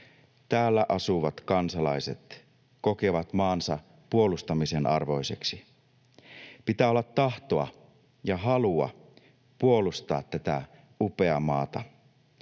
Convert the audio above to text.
täällä asuvat kansalaiset kokevat maansa puolustamisen arvoiseksi. Pitää olla tahtoa ja halua puolustaa tätä upeaa maata.